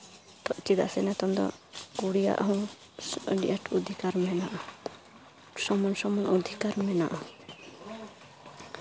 ᱪᱮᱫᱟᱜ ᱥᱮ ᱱᱤᱛᱚᱝ ᱫᱚ ᱠᱩᱲᱤᱭᱟᱜ ᱦᱚᱸ ᱟᱹᱰᱤ ᱟᱸᱴ ᱚᱫᱷᱤᱠᱟᱨ ᱢᱮᱱᱟᱜᱼᱟ ᱥᱚᱢᱟᱱ ᱥᱚᱢᱟᱱ ᱚᱫᱷᱤᱠᱟᱨ ᱢᱮᱱᱟᱜᱼᱟ